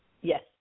Yes